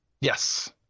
Yes